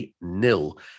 nil